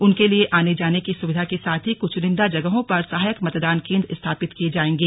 उनके लिए आने जाने की सुविधा के साथ ही कुछ चुनिंदा जगहों पर सहायक मतदान केंद्र स्थापित किये जाएंगे